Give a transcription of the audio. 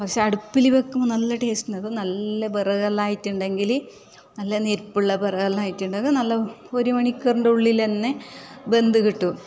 പക്ഷെ അടുപ്പില് വെക്കുമ്പോൾ നല്ല ടേസ്റ്റുണ്ടാകും നല്ല വിറകെല്ലാം ആയിട്ട് ഉണ്ടെങ്കിൽ നല്ല ഞെരിപ്പ് ഉള്ള വിറകെല്ലാം ആയിട്ടുണ്ടെങ്കില് ഒരു മണിക്കൂറിൻ്റെ ഉള്ളിൽ തന്നെ വെന്ത് കിട്ടും